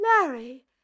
Larry